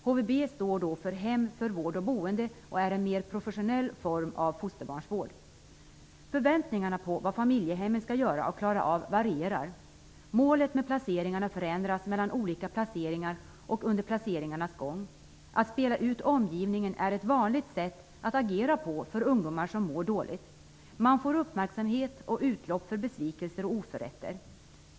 HVB står för Hem för vård och boende, och det är en mer professionell form av fosterbarnsvård. Förväntningarna på vad familjehemmen skall göra och klara av varierar. Målet med placeringarna förändras mellan olika placeringar och under placeringarnas gång. Att spela ut omgivningen är ett vanligt sätt att agera på för ungdomar som mår dåligt. Man får uppmärksamhet och utlopp för besvikelser och oförrätter.